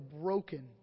broken